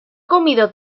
comido